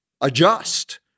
adjust